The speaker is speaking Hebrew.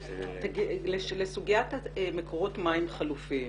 לסוגיית מקורות מים חלופיים